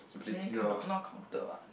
then cannot not counted what